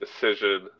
decision